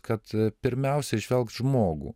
kad pirmiausia įžvelgt žmogų